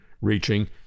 reaching